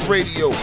Radio